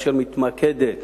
אשר מתמקדת